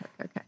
okay